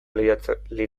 litzaioke